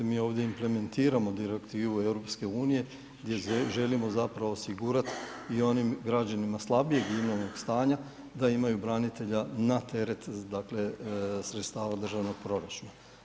Evo kao što vidite mi ovdje implementiramo direktivu EU gdje želimo zapravo osigurati i onim građanima slabijeg imovnog stanja da imaju branitelja na teret dakle sredstava državnog proračuna.